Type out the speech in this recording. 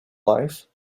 life